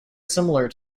similar